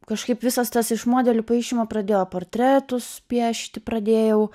kažkaip visas tas iš modelių paišymo pradėjo portretus piešti pradėjau